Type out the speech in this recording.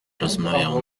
rozmawiał